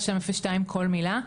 מ-1202 קולמילה,